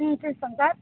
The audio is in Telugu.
చేస్తాను సార్